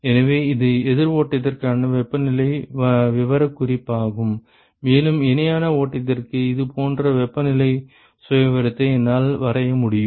எனவே இது எதிர் ஓட்டத்திற்கான வெப்பநிலை விவரக்குறிப்பாகும் மேலும் இணையான ஓட்டத்திற்கு இதேபோன்ற வெப்பநிலை சுயவிவரத்தை என்னால் வரைய முடியும்